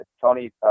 Tony